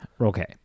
Okay